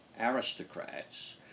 aristocrats